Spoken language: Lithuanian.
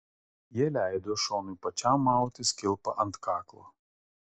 jie leido šonui pačiam mautis kilpą ant kaklo